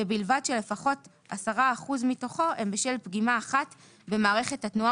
ובלבד שלפחות 10 אחוזים מתוכו הם בשל פגימה אחת במערכת התנועה.